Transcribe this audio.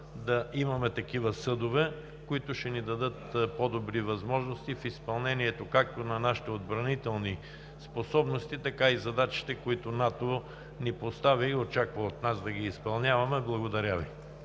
да имаме такива съдове, които ще ни дадат по-добри възможности в изпълнението както на нашите отбранителни, така и на задачите, които НАТО ни постави и очаква от нас да ги изпълняваме. Благодаря Ви.